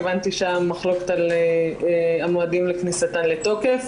הבנתי שהמחלוקת על המועדים לכניסתה לתוקף,